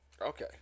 Okay